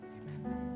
Amen